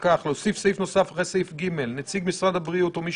להוסיף סעיף נוסף אחרי סעיף ג.: נציג משרד הבריאות או מי